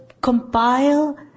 compile